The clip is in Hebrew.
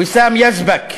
ויסאם יזבק,